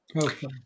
Okay